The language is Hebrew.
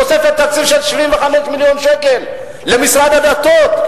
תוספת תקציב של 75 מיליון שקל למשרד הדתות,